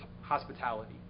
hospitality